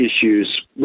issues